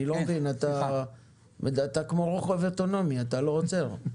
אתה כמו רוכב אוטונומי, אתה לא עוצר.